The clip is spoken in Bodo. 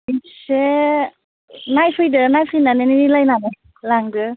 खनसे नायफैदो नायफैनानै मिलायनानै लांदो